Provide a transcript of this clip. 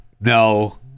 no